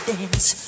dance